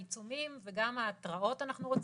העיצומים וגם ההתראות יפורסמו,